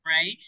right